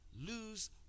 lose